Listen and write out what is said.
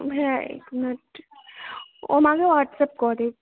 हैआ एक मिनट ओ हम अहाँके ह्वाटसअप कऽ देब